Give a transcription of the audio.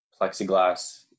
plexiglass